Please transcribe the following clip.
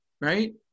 right